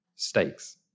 stakes